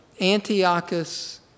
Antiochus